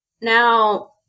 Now